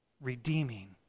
redeeming